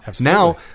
Now